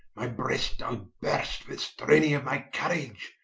my brest ile burst with straining of my courage,